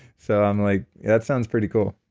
so i'm like, that sounds pretty cool.